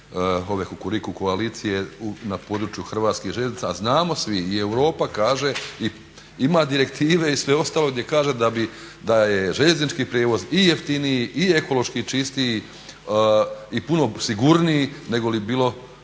ove Kukuriku koalicije na području Hrvatskih željeznica, a znamo svi i Europa kaže i ima direktive i sve ostalo gdje kaže da je željeznički prijevoz i jeftiniji i ekološki čistiji i puno sigurniji nego bilo